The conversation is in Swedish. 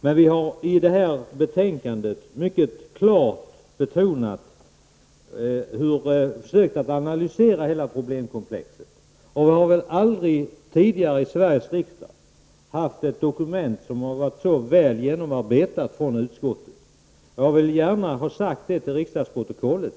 Men vi har i betänkandet försökt att mycket klart analysera hela problemkomplexet, och vi har aldrig tidigare i Sveriges riksdag haft ett dokument från jordbruksutskottet som varit så väl genomarbetat. Jag vill gärna ha sagt det till riksdagsprotokollet.